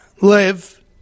live